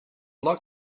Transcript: like